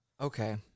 Okay